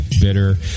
bitter